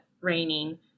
raining